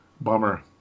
Bummer